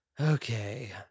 Okay